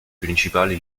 principali